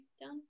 done